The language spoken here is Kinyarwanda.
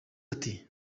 ati